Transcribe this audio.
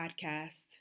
podcast